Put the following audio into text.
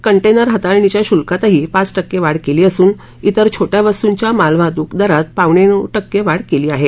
container हाताळणीच्या शुल्कातही पाच टक्के वाढ केली असून त्वर छोट्या वस्तूंच्या मालवाहतूक दरात पावणेनऊ टक्के वाढ केली आहे